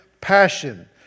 passion